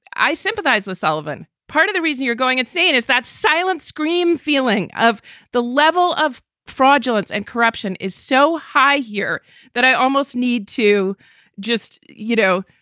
i sympathize with sullivan. part of the reason you're going at it is that silent scream feeling of the level of fraudulence and corruption is so high here that i almost need to just, you know,